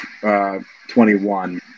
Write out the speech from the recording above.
21